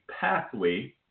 pathway